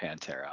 Pantera